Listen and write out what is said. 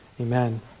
amen